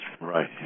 Right